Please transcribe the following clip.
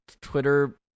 twitter